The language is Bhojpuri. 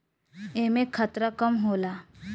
एमे खतरा कम होला